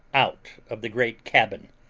out of the great cabin.